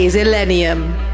Millennium